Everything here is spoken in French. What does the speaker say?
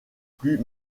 plus